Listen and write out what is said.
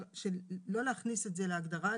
לא להכניס את זה להגדרה.